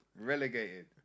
relegated